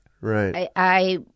Right